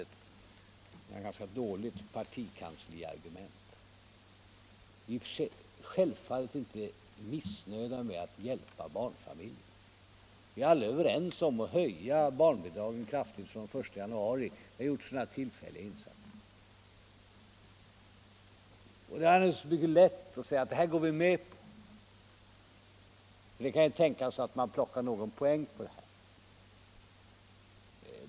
Vi är i och för sig naturligtvis inte missnöjda med att hjälpa barnfamiljerna. Vi är alla överens om att höja barnbidragen kraftigt fr.o.m. den 1 januari 1976, och vi har tidigare gjort sådana insatser. Det är naturligtvis mycket lätt att säga att vi går med på detta. Det kan ju tänkas att vi plockar någon poäng på det.